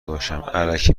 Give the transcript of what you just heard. باشم٬الکی